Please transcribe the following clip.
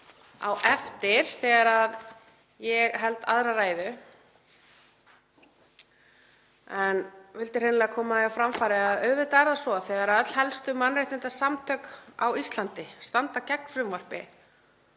á eftir þegar ég held aðra ræðu. Ég vildi hreinlega koma því á framfæri að auðvitað er það svo að þegar öll helstu mannréttindasamtök á Íslandi standa gegn frumvarpi